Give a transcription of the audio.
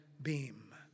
beam